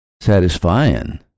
satisfying